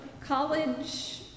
college